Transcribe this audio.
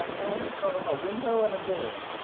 and i just saw a window and a door.